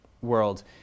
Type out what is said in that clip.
world